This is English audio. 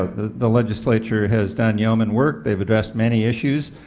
like the the legislature has done yoeman's work they've addressed many issues,